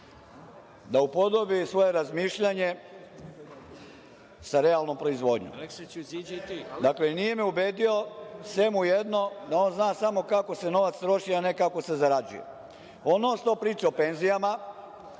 da upodobi svoje razmišljanje sa realnom proizvodnjom. Dakle, nije me ubedio, sem u jedno da on zna samo kako se novac troši, a ne kako se zarađuje. Ono što je pričao o penzijama,